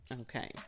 Okay